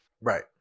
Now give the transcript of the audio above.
Right